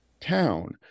town